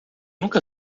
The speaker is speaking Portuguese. nunca